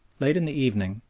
late in the evening,